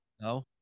no